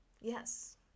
Yes